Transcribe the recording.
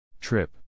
Trip